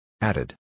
Added